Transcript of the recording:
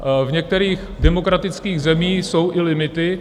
V některých demokratických zemích jsou i limity.